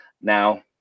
now